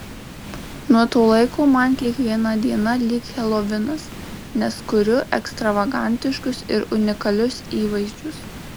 nuo to laiko man kiekviena diena lyg helovinas nes kuriu ekstravagantiškus ir unikalius įvaizdžius